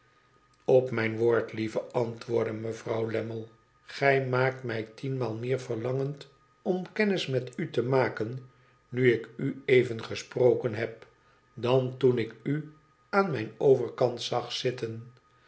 op mijn woord lieve antwoorddemevrouwlamme j maakt mij tienmaal meer verlangend om kennis met u te maken nu ik u even gesproken heb dan toen ik u aan mijn overkant zag zitten